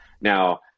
Now